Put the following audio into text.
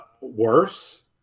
Worse